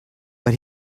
but